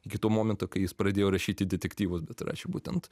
iki to momentu kai jis pradėjo rašyti detektyvus bet rašė būtent